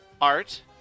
art